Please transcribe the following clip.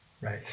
Right